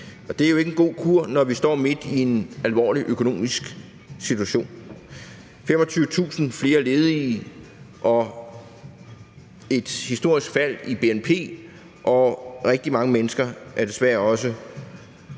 det er jo ikke en god kur, når vi står midt i en alvorlig økonomisk situation: 25.000 flere ledige, et historisk fald i bnp, og rigtig mange mennesker er desværre også